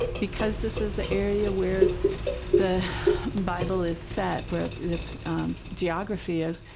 because this is the area where the bible is set, where its its geography is,